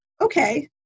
okay